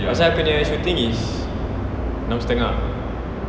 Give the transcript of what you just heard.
pasal aku punya expecting is enam setengah